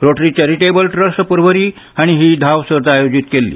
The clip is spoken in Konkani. रोटरी चॅरिटेबल ट्रस्ट परवरी हांणी ही धांव सर्त आयोजीत केल्ली